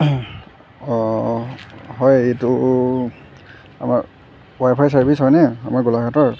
অ' হয় এইটো আমাৰ ৱাইফাই ছাৰ্ভিচ হয়নে আমাৰ গোলাঘাটৰ